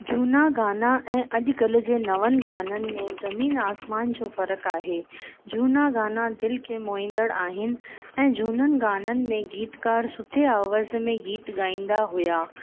झूना गाना ऐं अॼुकल्ह जे नवनि गाननि में ज़मीन आसमान जो फ़र्कु आहे झूना गाना दिलि खे मोहिंदड़ आहिनि ऐं झूननि गाननि में गीतकार सुठी आवाज़ में गीत गाईंदा हुआ